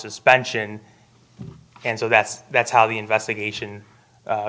suspension and so that's that's how the investigation